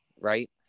right